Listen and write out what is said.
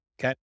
Okay